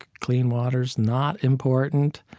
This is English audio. clean water is not important.